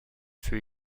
fut